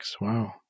wow